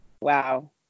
Wow